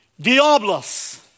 diablos